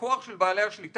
שהוא הכוח של בעל השליטה.